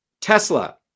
Tesla